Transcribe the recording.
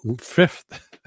fifth